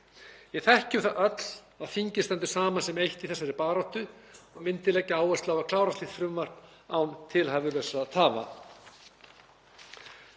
Við þekkjum það öll að þingið standi saman sem eitt í þessari baráttu og myndi leggja áherslu á að klára slíkt frumvarp án tilhæfulausra tafa.